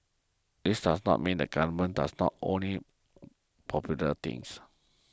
this does not mean the Government does not only popular things